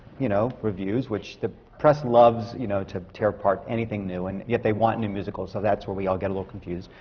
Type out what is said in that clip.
you know, reviews. the press loves, you know, to tear apart anything new, and yet they want new musicals, so that's where we all get a little confused.